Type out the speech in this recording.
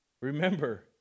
remember